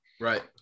Right